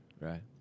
Right